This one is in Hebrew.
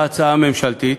להצעה הממשלתית,